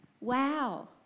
Wow